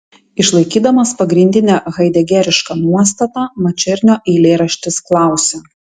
išlaikydamas pagrindinę haidegerišką nuostatą mačernio eilėraštis klausia